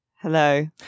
Hello